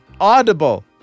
audible